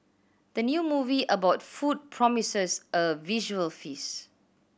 the new movie about food promises a visual feast